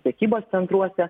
prekybos centruose